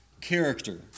character